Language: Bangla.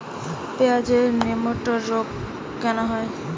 পেঁয়াজের নেমাটোড রোগ কেন হয়?